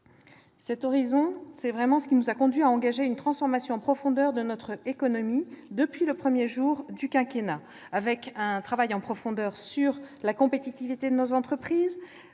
Cet horizon est vraiment ce qui nous a conduits à engager une transformation en profondeur de notre économie depuis le premier jour du quinquennat, avec un travail en profondeur sur la compétitivité de nos entreprises.